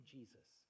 Jesus